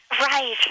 Right